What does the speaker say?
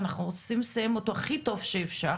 אנחנו רוצים לסיים אותו הכי טוב שאפשר,